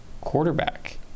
quarterback